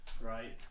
Right